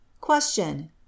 Question